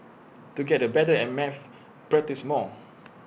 to get A better at maths practise more